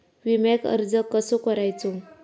विम्याक अर्ज कसो करायचो?